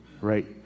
right